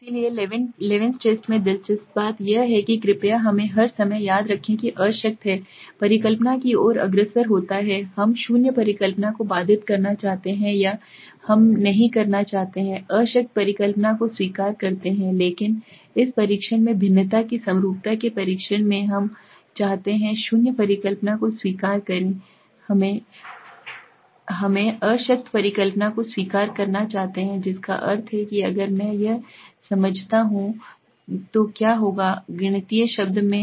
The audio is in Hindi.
इसलिए लेवन्स टेस्ट में दिलचस्प बात यह है कि कृपया हमें हर समय याद रखें कि अशक्त है परिकल्पना की ओर अग्रसर होता है हम शून्य परिकल्पना को बाधित करना चाहते हैं या हम नहीं करना चाहते हैं अशक्त परिकल्पना को स्वीकार करते हैं लेकिन इस परीक्षण में भिन्नता की समरूपता के परीक्षण में हम चाहते हैं शून्य परिकल्पना को स्वीकार करें हम अशक्त परिकल्पना को स्वीकार करना चाहते हैं जिसका अर्थ है कि अगर मैं यह समझाता हूं तो क्या होगा गणितीय शब्द में